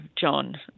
John